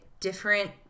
Different